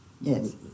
Yes